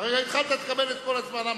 תקבל את כל הזמן.